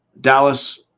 Dallas